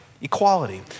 equality